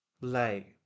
lay